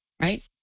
right